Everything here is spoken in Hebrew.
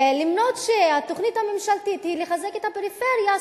ולמרות שהתוכנית הממשלתית היא לחזק את הפריפריה,